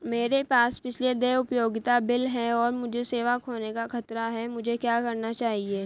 मेरे पास पिछले देय उपयोगिता बिल हैं और मुझे सेवा खोने का खतरा है मुझे क्या करना चाहिए?